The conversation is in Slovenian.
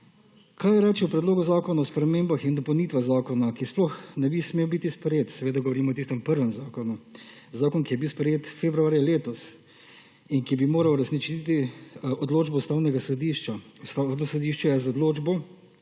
Kaj naj o predlogu zakona o spremembah in dopolnitvah zakona, ki sploh ne bi smel biti sprejet, seveda govorim o tistem prvem zakonu, zakon, ki je bil sprejet februarja letos in ki bi moral uresničiti odločbo Ustavnega sodišča? Sodišče je z odločbo